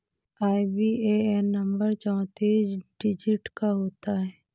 IBAN number चौतीस digit का होता है